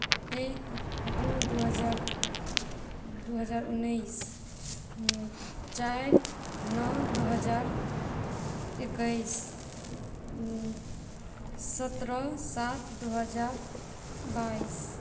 एक दू दू हजार दू हजार उन्नैस चारि नओ दू हजार एकैस सत्रह सात दू हजार बाइस